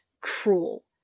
cruel